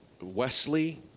Wesley